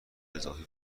اضافی